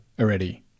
already